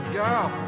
girl